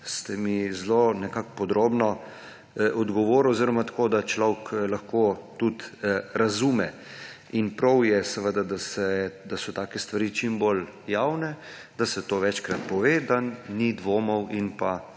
ste mi zelo podrobno odgovorili oziroma tako, da človek lahko tudi razume. In prav je, seveda, da so take stvari čim bolj javne, da se to večkrat pove, da ni dvomov in